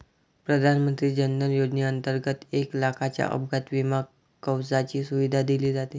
प्रधानमंत्री जन धन योजनेंतर्गत एक लाखाच्या अपघात विमा कवचाची सुविधा दिली जाते